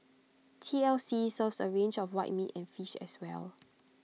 T L C serves A range of white meat and fish as well